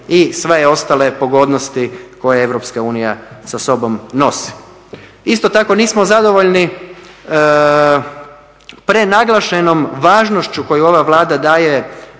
i sve ostale pogodnosti koje EU sa sobom nosi. Isto tako nismo zadovoljni prenaglašenom važnošću koju ova Vlada daje